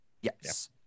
yes